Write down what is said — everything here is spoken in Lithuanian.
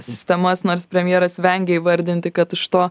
sistemas nors premjeras vengė įvardinti kad už to